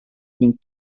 ning